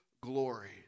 glory